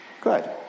Good